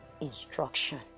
instruction